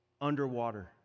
underwater